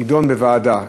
תידונה בוועדה.